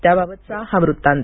त्याबाबतचा हा वृत्तांत